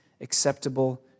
acceptable